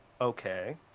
Okay